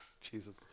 Jesus